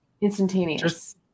instantaneous